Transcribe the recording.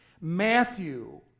Matthew